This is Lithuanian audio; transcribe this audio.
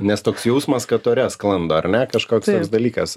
nes toks jausmas kad ore sklando ar ne kažkoks toks dalykas